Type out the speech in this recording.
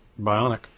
Bionic